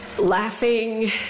laughing